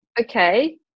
okay